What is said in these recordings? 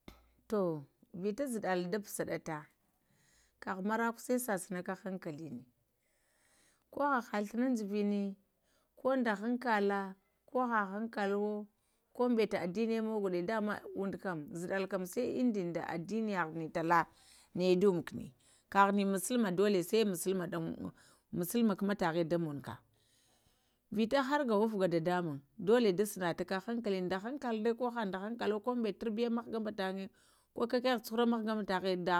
Vita zəɗələ də pusəɗətə kəghə marəkwə sai səsunəkə həŋkəlini ko həhə ghluŋjuvənə, ko də həŋkə la ko hahəŋkəlowo, ko ŋbətə ado niyə mughudə, dəmə uŋdo kam, z udələ kam sa uŋduində də adənə nəyəghinə tələ niyə da wuŋkan musulmə dolə sai musulmə kumətəghə də wumkə, vita har gawufgə dədəmuŋm dola də sə nə takə hankalini, dahkaladə ko həkə də haŋkəluwo, əi ko gbetə tərbiyə mghgəŋ bətənyə, ko kəkəghə cu-harəŋn mghghaŋɓə taŋyə,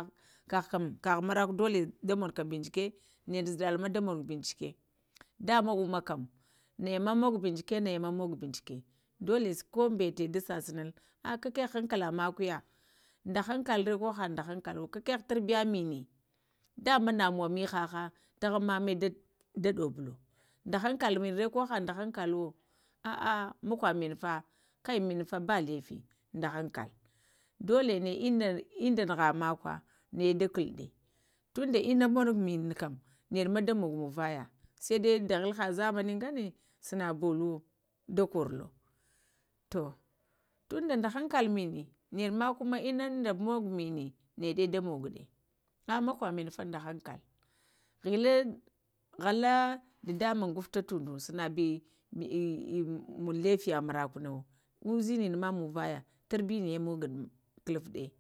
kəghə marakwə dolə dəmogo ka bincika, də zaddumə da mogo bincike da mə ummə kam nəyə ma mogo bincike dola ko ŋbətə da səsunəl əh kokəghə də mogo binaki nəyamə mogo bincika dola ko bətə mə mogo bincika dola ko ŋbəta də səsunəl əh kəkgha həŋkələ məkwoyə, də həŋkələ re nə həŋkəluwo, kəkəghə həŋkələ mini, da ma nəmuwə mihəhə təgh əŋ məməyə ɗəɗubulo, də həŋkəlo minurə ko həɗu də həŋkəlowo əhaməkwə mənəfə, kai mina fa ba lafi də haŋkələ dola nə ində nəghə məkwə nəyə dəkuɗə tundə inə monono mini kəm ɗəɗə ma də moyuɗə sai dai dəghilə zamaŋi gənə sanə boluwo də korolo tuh taŋdə də həŋkala mənə nəɗimə kuma inəŋəə mogo mini nəɗə da moguɗe əh makwə mənə fa də həŋkələ, ghulyə ghala dədəmuŋm gufta tuŋdo sanə bi ləfiyə mərəkwə uzini mə muŋvəyə tərbiyinə